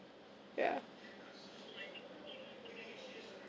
ya